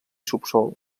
subsòl